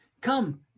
Come